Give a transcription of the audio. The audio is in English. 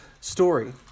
story